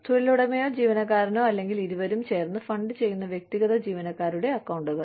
തൊഴിലുടമയോ ജീവനക്കാരനോ അല്ലെങ്കിൽ ഇരുവരും ചേർന്ന് ഫണ്ട് ചെയ്യുന്ന വ്യക്തിഗത ജീവനക്കാരുടെ അക്കൌണ്ടുകൾ